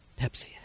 Pepsi